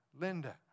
Linda